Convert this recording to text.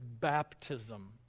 baptism